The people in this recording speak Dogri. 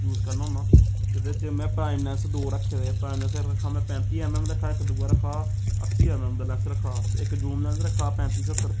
यूज करना होन्ना जेह्दे च में प्राइम लैंस दो रक्खे दे प्राइम लैंस रक्खा दा में पैंती एम एम रक्खे दा इक दूआ रक्खे दा अस्सी एम एम दा लैंस रक्खा दा इक जूम लैंस रक्खा दा पैंती स्हत्तर